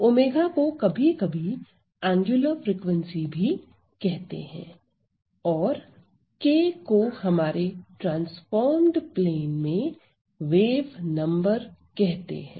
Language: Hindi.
ω को कभी कभी एंगुलर फ्रिकवेंसी भी कहते हैं और k को हमारे ट्रांसफॉर्म्ड प्लेन में वेव नंबर कहते हैं